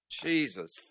Jesus